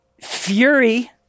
fury